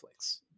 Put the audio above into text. Netflix